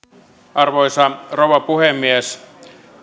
arvoisa rouva puhemies